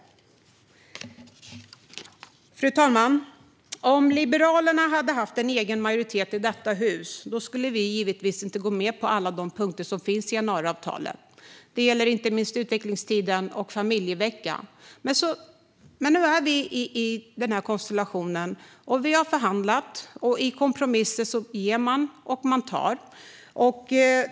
Fru talman! Om Liberalerna hade haft egen majoritet i detta hus skulle vi givetvis inte gå med på alla punkter som finns i januariavtalet. Detta gäller inte minst utvecklingstiden och familjeveckan. Men nu är vi i denna konstellation. Vi har förhandlat, och i kompromisser får man ge och ta.